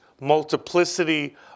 multiplicity